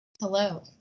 Hello